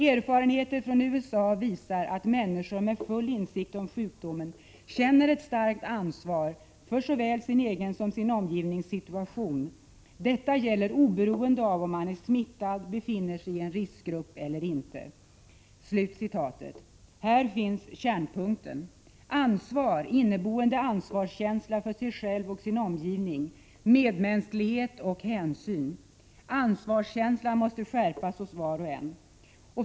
Erfarenheter från USA visar att människor med full insikt om sjukdomen känner ett starkt ansvar för såväl sin egen som sin omgivnings situation. Detta gäller oberoende av om man är smittad, befinner sig i en riskgrupp eller inte.” Här finns kärnpunkten, nämligen ansvar — inneboende ansvarskänsla för sig själv och sin omgivning, medmänsklighet och hänsyn. Ansvarskänslan måste skärpas hos var och en.